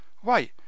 Why